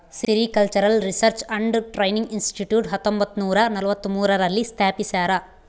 sericultural research and training institute ಹತ್ತೊಂಬತ್ತುನೂರ ನಲವತ್ಮೂರು ರಲ್ಲಿ ಸ್ಥಾಪಿಸ್ಯಾರ